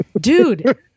dude